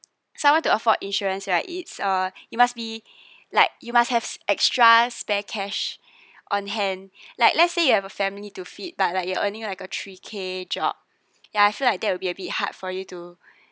someone to afford insurance right it's a you must be like you must have extra spare cash on hand like let's say you have a family to feed but like you are earning like a three K job ya I feel like that will be a bit hard for you to